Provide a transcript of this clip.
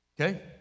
Okay